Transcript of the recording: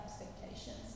expectations